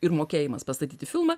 ir mokėjimas pastatyti filmą